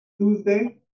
Tuesday